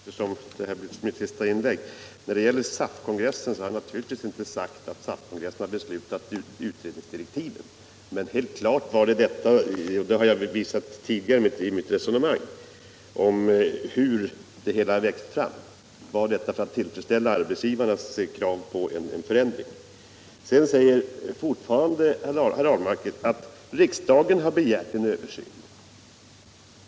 Herr talman! Det här blir mitt sista inlägg i denna debatt. När det gäller SAF-kongressen har jag naturligtvis inte sagt att den beslutat om utredningsdirektiven. Men alldeles klart — det har jag väl visat tidigare i mitt resonemang om hur det hela växt fram — kom detta till för att tillfredsställa arbetsgivarnas krav på en förändring. Sedan säger Per Ahlmark fortfarande att riksdagen begärt en översyn.